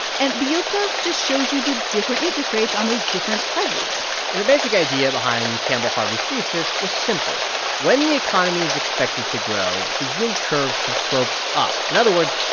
and the yield curve just shows you the different interest rates on those different treasurys and the basic idea behind campbell harvey's thesis was simple when the economy is expected to grow, the yield curve should slope up. in other words,